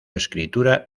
escritura